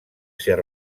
ser